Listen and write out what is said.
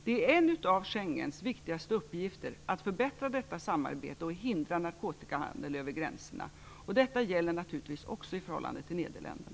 En av Schengenavtalets viktigaste uppgifter är att förbättra detta samarbete, och hindra narkotikahandel över gränserna. Detta gäller naturligtvis också i förhållande till Nederländerna.